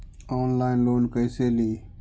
Online loan कैसे ली?